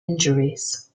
injuries